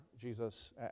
Jesus